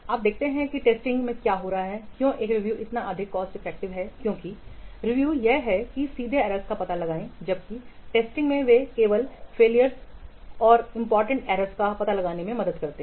आइए देखते हैं कि टेस्टिंग में क्या हो रहा है क्यों एक रिव्यू इतना अधिक कॉस्ट इफेक्टिव है क्योंकि रिव्यू यह है कि सीधे एरर्स का पता लगाएं जबकि टेस्टिंग वे केवल विफलताओं और महत्वपूर्ण एरर्स का पता लगाने में मदद मिलती हैं